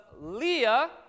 Leah